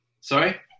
Sorry